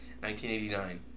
1989